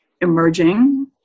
emerging